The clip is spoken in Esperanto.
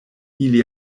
ili